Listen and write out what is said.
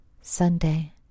Sunday